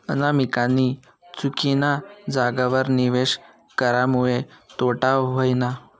अनामिकानी चुकीना जागावर निवेश करामुये तोटा व्हयना